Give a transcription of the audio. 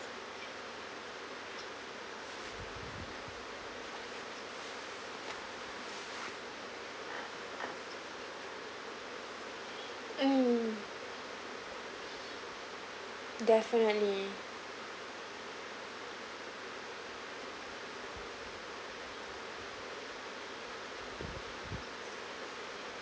mm definitely